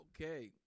Okay